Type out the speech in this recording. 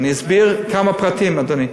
אני אסביר כמה פרטים, אדוני.